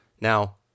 Now